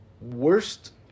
worst